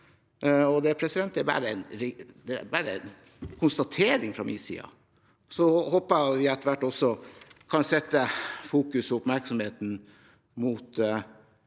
Det er bare en konstatering fra min side. Jeg håper vi etter hvert også kan fokusere oppmerksomheten mot